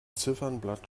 ziffernblatt